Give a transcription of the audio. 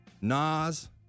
Nas